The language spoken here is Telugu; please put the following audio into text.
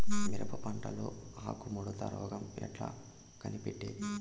మిరప పంటలో ఆకు ముడత రోగం ఎట్లా కనిపెట్టేది?